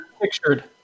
pictured